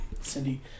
cindy